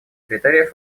критериев